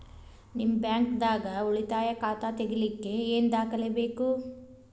ನಿಮ್ಮ ಬ್ಯಾಂಕ್ ದಾಗ್ ಉಳಿತಾಯ ಖಾತಾ ತೆಗಿಲಿಕ್ಕೆ ಏನ್ ದಾಖಲೆ ಬೇಕು?